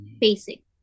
basic